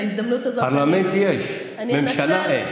בהזדמנות הזאת, פרלמנט יש, ממשלה אין.